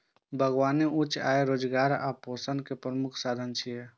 बागबानी उच्च आय, रोजगार आ पोषण के प्रमुख साधन छियै